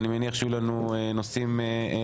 אני מניח שיהיו לנו נושאים חדשים.